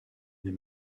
les